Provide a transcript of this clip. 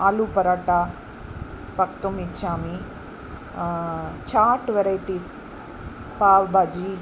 आलूपराट पक्तुम् इच्छामि छाट् वेरैटीस् पाव्बाजि